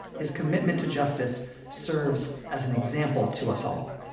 his commitment to justice serves as an example to us all.